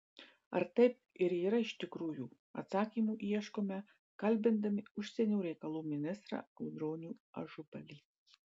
ar taip ir yra iš tikrųjų atsakymų ieškome kalbindami užsienio reikalų ministrą audronių ažubalį